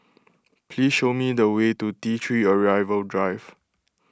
please show me the way to T three Arrival Drive